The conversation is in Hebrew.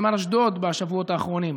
בשבועות האחרונים,